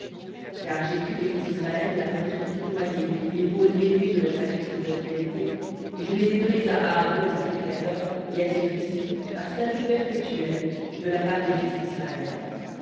car j'ai pris des fils d'israël la poitrine tournoyée et l'épaule élevée de leurs sacrifices de prospérités et je les ai données à aaron le sacrificateur et à ses fils par statut perpétuel de la part des fils d'israël